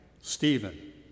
Stephen